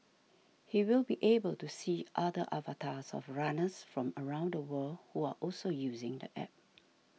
he will be able to see other avatars of runners from around the world who are also using the App